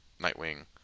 Nightwing